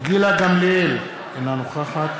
גילה גמליאל, אינה נוכחת